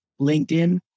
LinkedIn